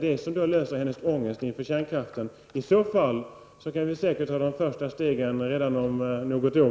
Det löser kanske hennes ångest inför kärnkraften. I så fall kan vi kanske ta de första stegen redan om något år.